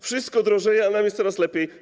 Wszystko drożeje, a nam jest coraz lepiej.